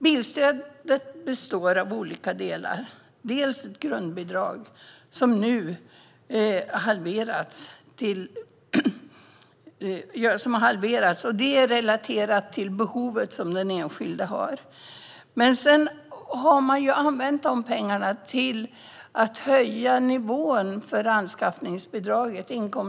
Bilstödet består av olika delar, bland annat ett grundbidrag som är relaterat till den enskildes behov. Detta grundbidrag halveras enligt förslaget. I stället höjs inkomstnivån när det gäller anskaffningsbidraget.